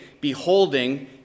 beholding